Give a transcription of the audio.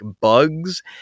bugs